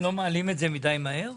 לא מעלים את זה מהר מדי?